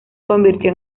convirtió